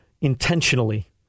intentionally